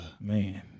Man